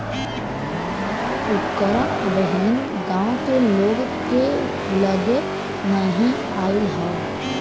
उपकरण अबहिन गांव के लोग के लगे नाहि आईल हौ